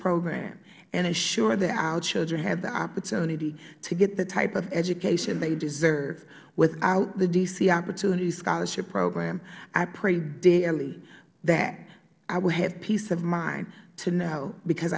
program and assure that our children have the opportunity to get the type of education they deserve without the d c opportunity scholarship program i pray daily that i will have peace of mind to know because